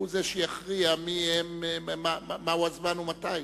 שהוא זה שיכריע מה הזמן ומתי